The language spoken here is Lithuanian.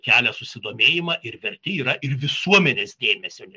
kelia susidomėjimą ir verti yra ir visuomenės dėmesio